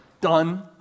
Done